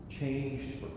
Changed